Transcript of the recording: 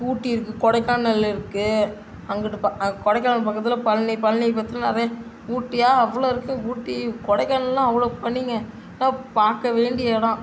ஊட்டி இருக்குது கொடைக்கானல் இருக்குது அங்குட்டு ப கொடைக்கானல் பக்கத்தில் பழனி பழனி பக்கத்தில் நிறையா ஊட்டியா அவ்வளோவு இருக்குது ஊட்டி கொடைக்கானல்லாம் அவ்வளோவு பனிங்க இதுல்லாம் பார்க்க வேண்டிய இடம்